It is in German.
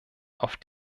auf